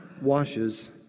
washes